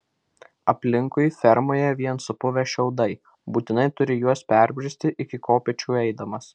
aplinkui fermoje vien supuvę šiaudai būtinai turi juos perbristi iki kopėčių eidamas